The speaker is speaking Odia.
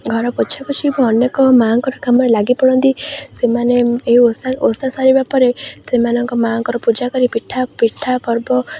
ଘର ପୋଛାପୋଛି ଏବଂ ଅନେକ ମାଁ'ଙ୍କର କାମରେ ଲାଗିପଡ଼ନ୍ତି ସେମାନେ ଏହି ଓଷା ଓଷା ସାରିବା ପରେ ସେମାନଙ୍କ ମାଁ'ଙ୍କର ପୂଜା କରି ପିଠା ପିଠା ପର୍ବ